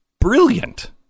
brilliant